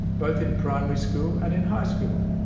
both in primary school and in high school.